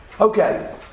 Okay